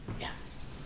Yes